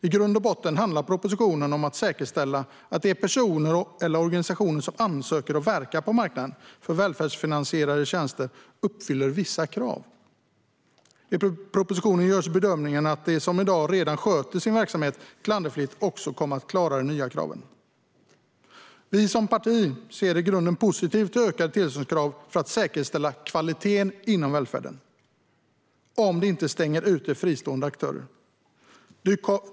I grund och botten handlar propositionen om att säkerställa att de personer eller organisationer som ansöker och verkar på marknaden för välfärdsfinansierade tjänster uppfyller vissa krav. I propositionen görs bedömningen att de som redan i dag sköter sin verksamhet klanderfritt också kommer att klara de nya kraven. Kristdemokraterna ser i grunden positivt på ökade tillståndskrav för att säkerställa kvaliteten inom välfärden om det inte stänger ute fristående aktörer.